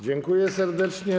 Dziękuję serdecznie.